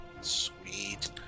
Sweet